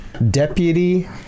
Deputy